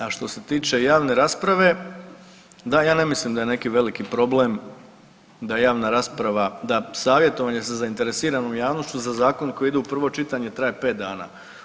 A što se tiče javne rasprave, da ja ne mislim da je neki veliki problem da javnana rasprava, da savjetovanje sa zainteresiranom javnošću za zakon koji ide u prvo čitanje traje pet dana.